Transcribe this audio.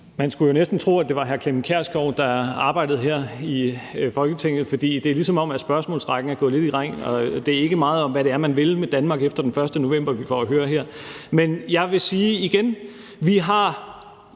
Man skulle næsten tro, at det var hr. Clement Kjersgaard, der arbejdede her i Folketinget, for det er, som om spørgsmålsrækken er gået lidt i ring. Det er ikke meget om, hvad man vil med Danmark efter den 1. november, vi får at høre her. Men jeg vil sige igen: Vi har